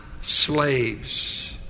slaves